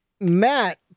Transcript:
Matt